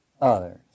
others